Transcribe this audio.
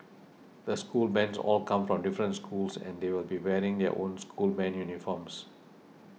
the school bands all come from different schools and they will be wearing their own school band uniforms